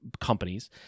companies